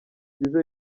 byiza